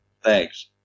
Thanks